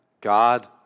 God